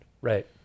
Right